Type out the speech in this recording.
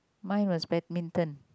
mine was badminton